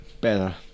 Better